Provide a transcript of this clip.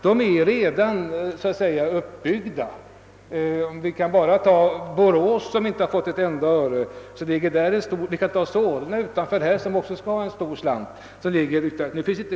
De är redan »uppbyggda». Borås har t.ex. inte fått ett enda öre och Solna utanför Stockholm skall också ha en stor slant.